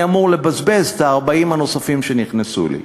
אני אמור לבזבז את ה-40,000 שנכנסו לי.